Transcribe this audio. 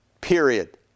Period